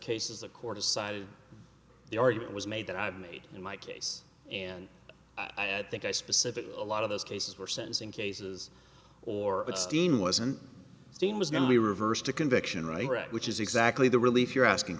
cases the court is side of the argument was made that i've made in my case and i think i specifically a lot of those cases were sentencing cases or it steen wasn't seen was going to be reversed to conviction right which is exactly the relief you're asking